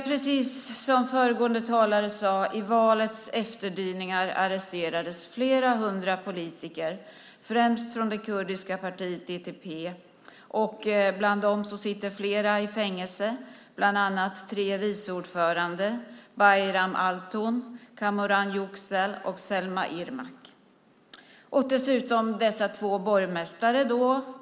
Precis som föregående talare sade arresterades i valets efterdyningar flera hundra politiker, främst från det kurdiska partiet DTP. Av dem sitter flera i fängelse, bland annat tre vice ordförande - Bayram Altun, Kamuran Yuksel och Selma Irmak. Dessutom handlar det om två borgmästare.